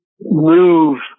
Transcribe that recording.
move